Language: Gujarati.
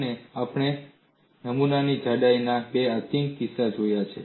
અને આપણે નમૂનાની જાડાઈના બે આત્યંતિક કિસ્સા જોયા છે